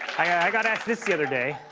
i got asked this the other day,